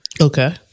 Okay